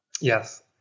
Yes